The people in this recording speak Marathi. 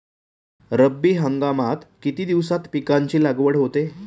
रब्बी हंगामात किती दिवसांत पिकांची लागवड होते?